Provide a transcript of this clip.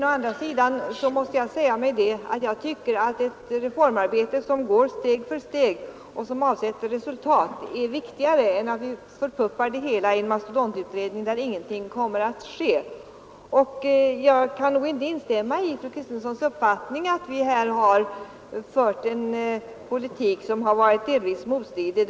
Å andra sidan anser jag att det reformarbete som går steg för steg och som avsätter resultat är viktigare än att vi förpuppar det hela i en mastodontutredning där ingenting sker. Jag kan inte instämma i fru Kristenssons uppfattning att vi här har fört en politik som delvis har varit motstridig.